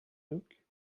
look